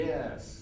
Yes